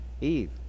Eve